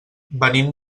venim